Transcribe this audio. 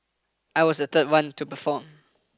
I was the third one to perform